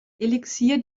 elixier